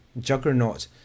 juggernaut